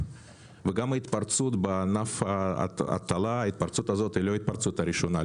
גם ההתפרצות בענף ההטלה היא לא ההתפרצות הראשונה,